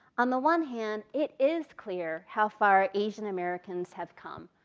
on the one hand, it is clear how far asian americans have come.